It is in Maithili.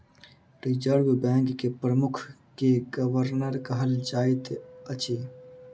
रिजर्व बैंक के प्रमुख के गवर्नर कहल जाइत अछि